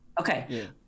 Okay